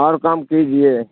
اور کام کیجیے